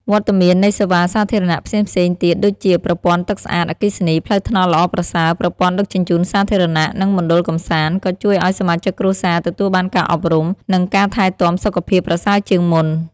វត្តមាននៃសេវាសាធារណៈផ្សេងៗទៀតដូចជា ប្រព័ន្ធទឹកស្អាត អគ្គិសនី ផ្លូវថ្នល់ល្អប្រសើរ ប្រព័ន្ធដឹកជញ្ជូនសាធារណៈ និងមណ្ឌលកម្សាន្ត ក៏ជួយឱ្យសមាជិកគ្រួសារទទួលបានការអប់រំ និងការថែទាំសុខភាពប្រសើរជាងមុន។